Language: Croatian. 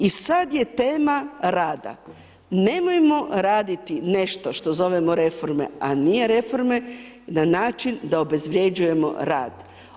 I sad je tema rada, nemojmo raditi nešto što zovemo reforme, a nije reforme na način da obezvrjeđujemo rad.